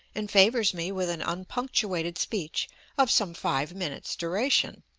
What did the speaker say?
and favors me with an unpunctuated speech of some five minutes' duration.